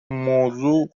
موضوع